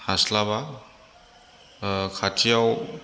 हास्लाबा खाथियाव